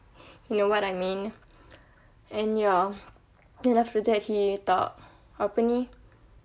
you know what I mean and ya then after that he tak apa ni